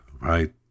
right